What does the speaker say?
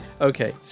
Okay